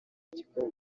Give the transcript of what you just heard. gikorwa